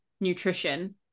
nutrition